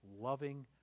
loving